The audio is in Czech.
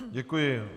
Děkuji.